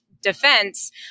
Defense